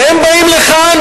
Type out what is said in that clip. והם באים לכאן